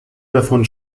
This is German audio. davon